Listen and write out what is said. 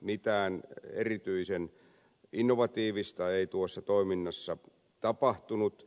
mitään erityisen innovatiivista ei tuossa toiminnassa tapahtunut